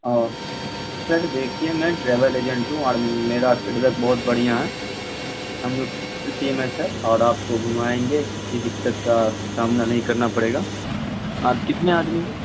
اوہ sir دیکھیے میں travel agent ہوں اور میرا فیڈ بیک بہت بڑھیا ہے ہم لوگ پوری ٹیم ہے سر اور آپ کو گھمائیں گے کسی دقت کا سامنا نہیں کرنا پڑے گا آپ کتنے آدمی ہیں